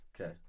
Okay